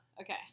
Okay